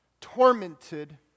tormented